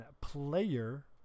Player